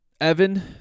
Evan